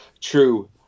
True